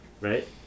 right